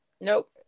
nope